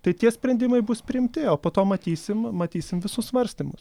tai tie sprendimai bus priimti o po to matysim matysim visus svarstymus